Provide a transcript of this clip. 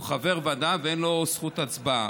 הוא חבר ועדה ואין לו זכות הצבעה.